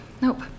nope